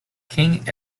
king